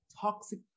toxic